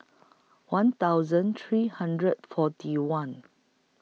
one thousand three hundred forty one